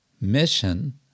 mission